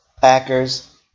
Packers